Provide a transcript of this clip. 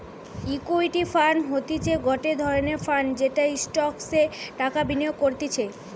equity fund হতিছে গটে ধরণের ফান্ড যেটা স্টকসে টাকা বিনিয়োগ করতিছে